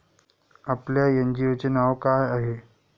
आपल्या एन.जी.ओ चे नाव काय आहे?